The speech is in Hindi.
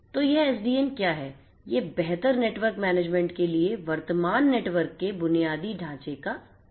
तो यह एसडीएन क्या है यह बेहतर नेटवर्क मैनेजमेंट के लिए वर्तमान नेटवर्क के बुनियादी ढांचे का पुनर्गठन है